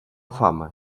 fama